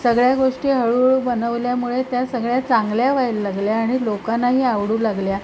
सगळ्या गोष्टी हळूहळू बनवल्यामुळे त्या सगळ्या चांगल्या व्हायला लागल्या आणि लोकांनाही आवडू लागल्या